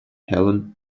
helen